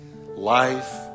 life